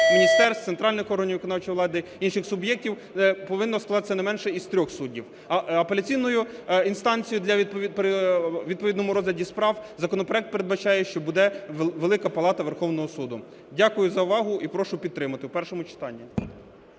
міністерств, центральних органів виконавчої влади, інших суб'єктів – повинно складатися не менше із трьох суддів. Апеляційною інстанцією при відповідному розгляді справ законопроект передбачає, що буде Велика палата Верховного Суду. Дякую за увагу і прошу підтримати в першому читанні.